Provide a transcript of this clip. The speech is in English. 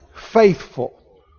faithful